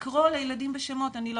לקרוא לילדים בבית הספר בשמות ואני לא